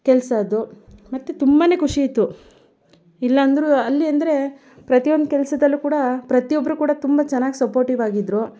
ಕೆಲಸ ಅದು ಮತ್ತೆ ತುಂಬನೇ ಖುಷಿ ಇತ್ತು ಇಲ್ಲ ಅಂದರೂ ಅಲ್ಲಿ ಅಂದರೆ ಪ್ರತಿಯೊಂದು ಕೆಲಸದಲ್ಲು ಕೂಡ ಪ್ರತಿಯೊಬ್ಬರು ಕೂಡ ತುಂಬ ಚೆನ್ನಾಗಿ ಸಪೋರ್ಟಿವಾಗಿದ್ದರು